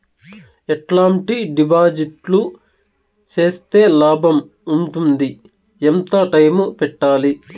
ఎట్లాంటి డిపాజిట్లు సేస్తే లాభం ఉంటుంది? ఎంత టైము పెట్టాలి?